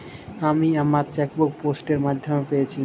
আমি আমার chequebook post এর মাধ্যমে পেয়েছি